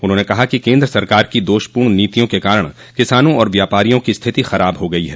उन्होंने कहा कि केन्द्र सरकार की दोषपूर्ण नीतियों के कारण किसानों और व्यापारियों की स्थिति खराब हो गयी है